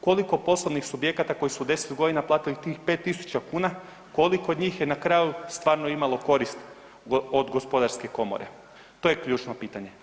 Koliko poslovnih subjekata koji su u 10 godina platili tih 5.000 kuna, koliko od njih je na kraju stvarno imalo koristi od gospodarske komore to je ključno pitanje.